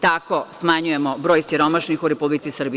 Tako smanjujemo broj siromašnih u Republici Srbiji.